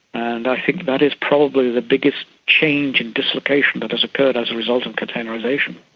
and i think that is probably the biggest change and dislocation that has occurred as a result of containerisation.